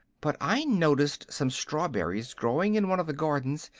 but i noticed some strawberries growing in one of the gardens,